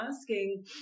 asking